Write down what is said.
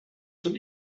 zum